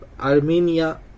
armenia